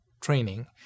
training